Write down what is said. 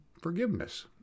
forgiveness